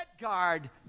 guard